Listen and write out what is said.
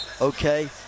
okay